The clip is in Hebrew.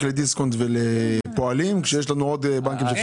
לדיסקונט ולפועלים כשיש לנו עוד בנקים.